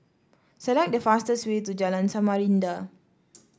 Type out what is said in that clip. select the fastest way to Jalan Samarinda